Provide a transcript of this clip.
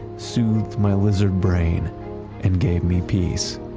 soothed my lizard brain and gave me peace.